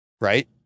right